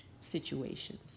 situations